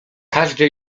każdy